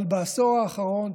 אבל בעשור האחרון,